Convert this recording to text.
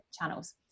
channels